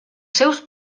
seus